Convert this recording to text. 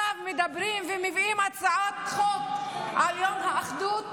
מדברים ומביאים הצעת חוק על יום האחדות.